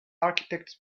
architects